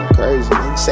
Crazy